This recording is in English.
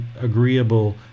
agreeable